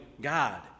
God